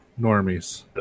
normies